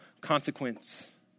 consequence